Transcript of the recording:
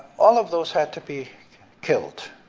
all of those had to be killed.